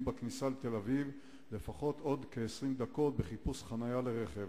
בכניסה לתל-אביב ולפחות עוד 20 דקות בחיפוש חנייה לרכב.